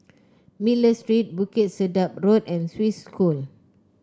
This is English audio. Miller Street Bukit Sedap Road and Swiss School